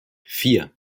vier